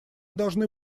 должны